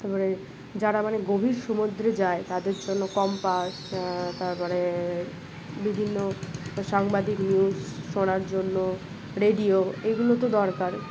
তার পরে যারা মানে গভীর সমুদ্রে যায় তাদের জন্য কম্পাস তার পরে বিভিন্ন সাংবাদিক নিউজ শোনার জন্য রেডিও এগুলো তো দরকার